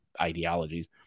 ideologies